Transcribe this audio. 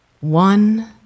one